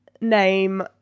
name